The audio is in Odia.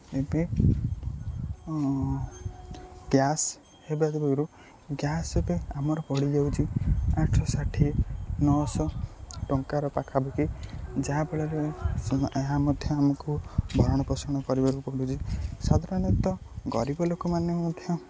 ଏବେ ଗ୍ୟାସ୍ ହେବା ଆଗରୁ ଗ୍ୟାସ୍ ଏବେ ଆମର ପଡ଼ିଯାଉଛି ଆଠଶହ ଷାଠିଏ ନଅଶହ ଟଙ୍କାର ପାଖାପାଖି ଯାହା ଫଳରେ ଏହା ମଧ୍ୟ ଆମକୁ ଭରଣପୋଷଣ କରିବାକୁ ପଡ଼ୁଛି ସାଧାରଣତଃ ଗରିବ ଲୋକମାନେ ମଧ୍ୟ